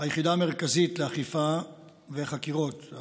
היחידה המרכזית לאכיפה וחקירות של